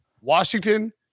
Washington